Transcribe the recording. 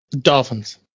Dolphins